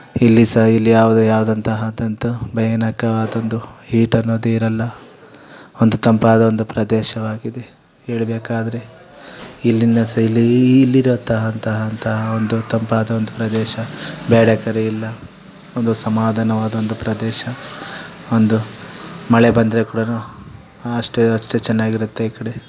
ಇಲ್ಲಿ ಸಹ ಇಲ್ಲಿ ಯಾವುದೇ ಆದಂತಹದಂತು ಭಯಾನಕವಾದೊಂದು ಹೀಟ್ ಅನ್ನೋದು ಇರೋಲ್ಲ ಒಂದು ತಂಪಾದ ಒಂದು ಪ್ರದೇಶವಾಗಿದೆ ಹೇಳ್ಬೇಕಾದ್ರೆ ಇಲ್ಲಿನ ಸೈಲೀಲ ಒಂದು ತಂಪಾದ ಒಂದು ಪ್ರದೇಶ ಬ್ಯಾರೆ ಕಡೆ ಇಲ್ಲ ಒಂದು ಸಮಾಧಾನವಾದೊಂದು ಪ್ರದೇಶ ಒಂದು ಮಳೆ ಬಂದರೆ ಕೂಡ ಅಷ್ಟೆ ಅಷ್ಟೆ ಚೆನ್ನಾಗಿರುತ್ತೆ ಈ ಕಡೆ